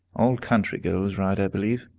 all country girls ride, i believe.